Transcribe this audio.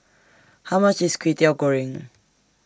How much IS Kway Teow Goreng